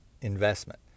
investment